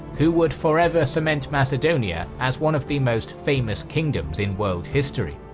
who would forever cement macedonia as one of the most famous kingdoms in world history.